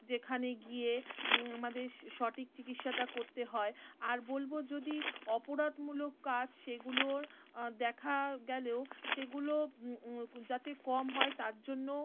যেখানে গিয়ে আমাদের স্ সঠিক চিকিৎসাটা করতে হয় আর বলব যদি অপরাধমূলক কাজ সেগুলোর দেখা গেলেও সেগুলো ক্ যাতে কম হয় তার জন্য